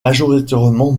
majoritairement